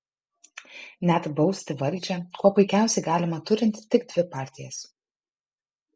net bausti valdžią kuo puikiausiai galima turint tik dvi partijas